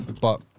but-